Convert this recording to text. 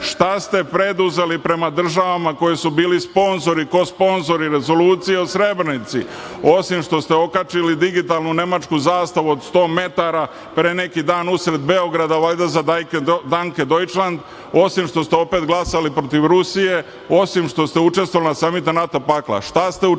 ste preuzeli prama državama koje su bili sponzori, kosponzori Rezolucije o Srebrnici osim što ste okačili digitalno Nemačku zastavu od 100 metara pre neki dan usred Beograda valjda za „Danke Deutschland“ osim što ste opet glasali protiv Rusije, osim što ste učestvovali na samitu NATO pakta šta ste učinili?